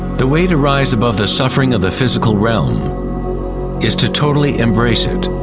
the way to rise above the suffering of the physical realm is to totally embrace it.